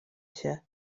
się